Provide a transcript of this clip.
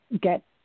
get